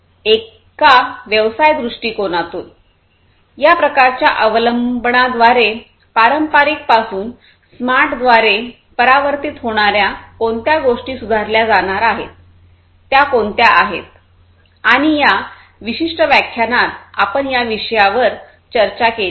एका व्यवसाय दृष्टीकोनातून या प्रकारच्या अवलंबनेद्वारे पारंपारिक पासून स्मार्टद्वारे परिवर्तित होणाऱ्या कोणत्या गोष्टी सुधारल्या जाणार आहेत त्या कोणत्या आहेत आणि या विशिष्ट व्याख्यानात आपण या विषयावर चर्चा केली आहे